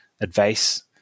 advice